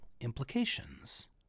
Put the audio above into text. implications